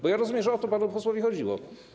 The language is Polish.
Bo rozumiem, że o to panu posłowi chodziło.